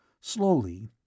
Slowly